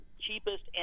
cheapest